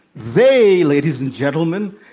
they, ladies and gentlemen,